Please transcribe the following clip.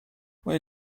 where